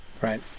right